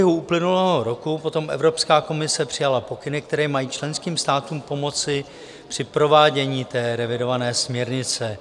V průběhu uplynulého roku potom Evropská komise přijala pokyny, které mají členským státům pomoci při provádění revidované směrnice.